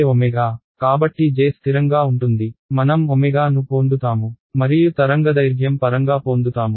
j కాబట్టి j స్థిరంగా ఉంటుంది మనం ను పోందుతాము మరియు తరంగదైర్ఘ్యం పరంగా పోందుతాము